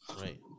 Right